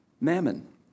mammon